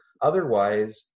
Otherwise